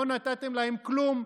לא נתתם להם כלום.